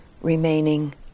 remaining